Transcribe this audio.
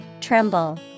Tremble